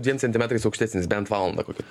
dviem centimetrais aukštesnis bent valandą kokią